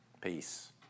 Peace